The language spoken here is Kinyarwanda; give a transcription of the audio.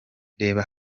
reba